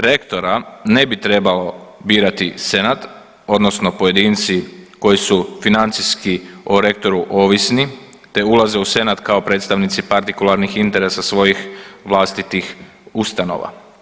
Rektora ne bi trebao birati senat odnosno pojedinci koji su financijski o rektoru ovisni, te ulaze u senat kao predstavnici partikularnih interesa svojih vlastitih ustanova.